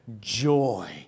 joy